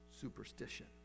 superstition